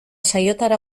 saiotara